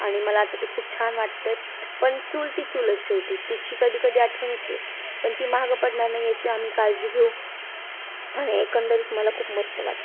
आणि मला आता ते खूप छान वाटतंय पण चूल ती चूल अशी होती तिची कधी कधी आठवण येते पण ती मागे पडणार नाही याची आम्ही काळजी घेऊ आणि एकंदरीत मला खूप मस्त वाटते